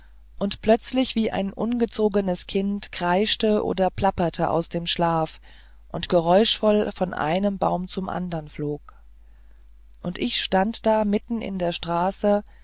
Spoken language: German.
und plötzlich wie ein ungezogenes kind kreischte oder plapperte aus dem schlaf und geräuschvoll von einem baum zum andern flog und ich stand da mitten in der straße